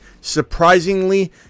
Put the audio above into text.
surprisingly